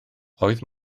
oedd